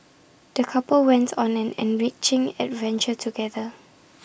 the couple went on an enriching adventure together